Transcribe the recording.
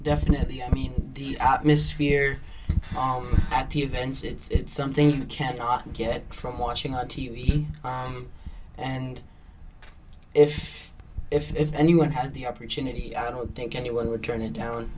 definitely i mean the atmosphere at the events it's something you cannot get from watching on t v and if if if anyone had the opportunity i don't think anyone would turn it down